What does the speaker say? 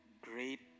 great